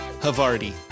Havarti